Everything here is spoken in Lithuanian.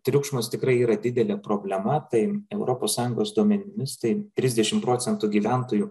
triukšmas tikrai yra didelė problema tai europos sąjungos duomenimis tai trisdešimt procentų gyventojų